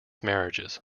marriages